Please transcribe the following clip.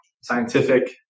scientific